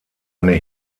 eine